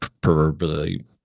proverbially